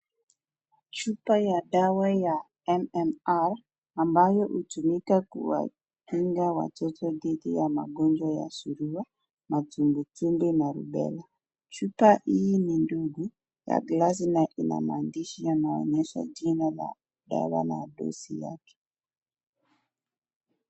Chupa ya dawa ya MMR ambayo hutumika kuwakinga watoto dhidi ya magonjwa ya surua, matumbwitumbi na rubela. Chupa hii ni ndogo ya glasi na ina maandishi yanayoonyesha jina la dawa na dosi yake.